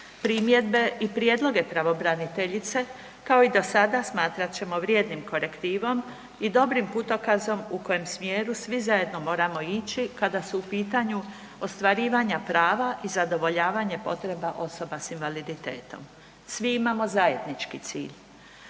Primjedbe i prijedloge pravobraniteljice kao i do sada smatrat ćemo vrijednim korektivom i dobrim putokazom u kojem smjeru svi zajedno moramo ići kada su u pitanju ostvarivanje prava i zadovoljavanje potreba osoba s invaliditetom. Svi imamo zajednički cilj,